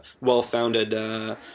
well-founded